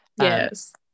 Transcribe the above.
Yes